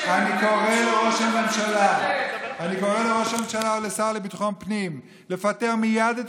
אני קורא לראש הממשלה ולשר לביטחון פנים לפטר מייד את